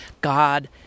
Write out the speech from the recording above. God